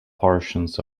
portions